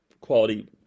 quality